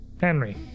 Henry